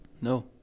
no